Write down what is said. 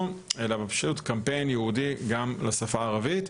אלא פשוט קמפיין ייעודי גם לשפה הערבית.